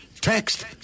text